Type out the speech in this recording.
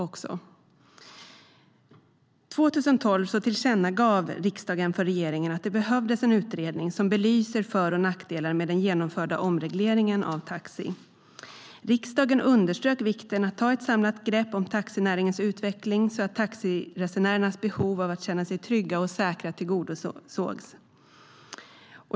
Riksdagen tillkännagav för regeringen 2012 att det behövdes en utredning som belyser för och nackdelar med den genomförda omregleringen av taxi. Riksdagen underströk vikten av att ta ett samlat grepp om taxinäringens utveckling så att taxiresenärernas behov av att kunna känna sig trygga och säkra tillgodoses.